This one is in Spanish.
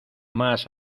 más